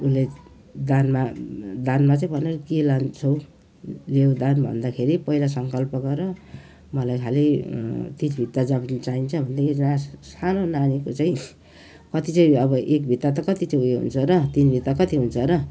उसले दानमा दानमा चाहिँ भनेर के लान्छौँ लेऊ दान भन्दाखेरि पहिला सङ्कल्प गर मलाई खालि तिन भित्ता जमीन चाहिन्छ भनेदेखि सानो नानीको चाहिँ कति चाहिँ अब एक भित्ता कति चाहिँ उयो हुन्छ र तिन भित्ता कति हुन्छ र